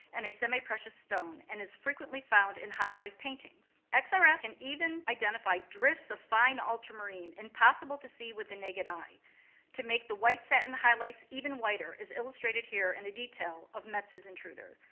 and a semi-precious stone, and is frequently found in high life paintings. xrf ah ah can even identify drifts of fine ultramarine impossible to see with the naked eye to make the white satin highlights even whiter, as illustrated here, in a detail of metsu's intruder.